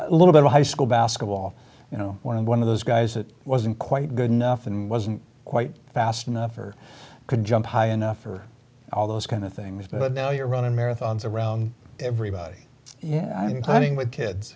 mean little bit of high school basketball you know one of one of those guys that wasn't quite good enough and wasn't quite fast enough or could jump high enough for all those kind of things but now you're running marathons around everybody yeah i mean climbing with kids